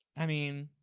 i mean,